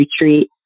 Retreat